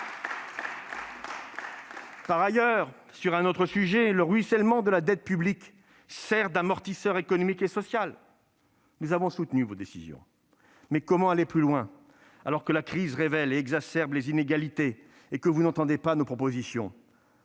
Par ailleurs, le ruissellement de la dette publique sert d'amortisseur économique et social. Nous avons soutenu vos décisions, mais nous voulons savoir comment aller plus loin, alors que la crise révèle et exacerbe les inégalités, mais que vous n'entendez pas nos propositions